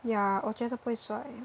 yeah 我觉得不会帅